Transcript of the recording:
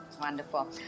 Wonderful